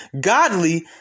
godly